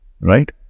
Right